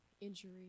injury